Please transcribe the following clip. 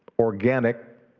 organic